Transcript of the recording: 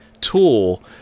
tool